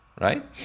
right